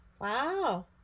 Wow